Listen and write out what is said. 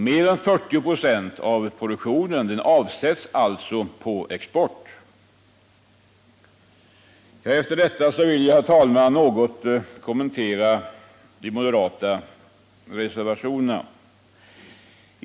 Mer än 40 96 av produktionen avsätts alltså på export. Efter detta, herr talman, vill jag något kommentera de moderata reservationerna.